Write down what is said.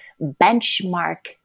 benchmark